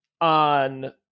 on